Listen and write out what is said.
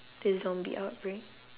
the zombie outbreak